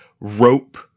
rope